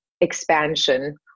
expansion